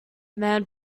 man